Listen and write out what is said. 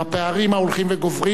והפערים ההולכים וגוברים,